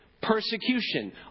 persecution